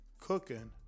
cooking